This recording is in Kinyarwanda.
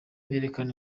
birerekana